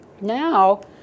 Now